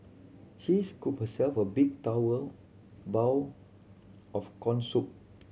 she scooped herself a big bowl of corn soup